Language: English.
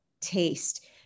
taste